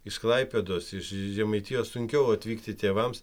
iš klaipėdos iš žemaitijos sunkiau atvykti tėvams